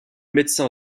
médecin